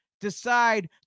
decide